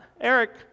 Eric